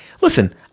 listen